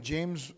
James